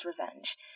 revenge